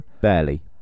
Barely